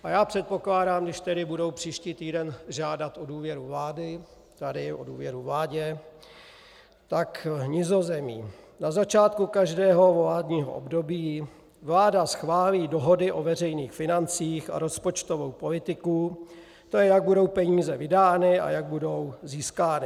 A já předpokládám, když tedy budou příští týden žádat o důvěru vládě, tak v Nizozemí na začátku každého volebního období vláda schválí dohody o veřejných financích a rozpočtovou politiku, tj. jak budou peníze vydány a jak budou získány.